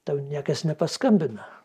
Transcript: tau niekas nepaskambina